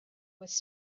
was